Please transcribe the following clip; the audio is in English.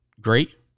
Great